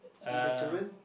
teach the children